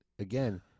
Again